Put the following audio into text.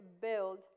build